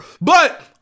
But-